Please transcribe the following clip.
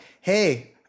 hey